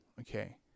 Okay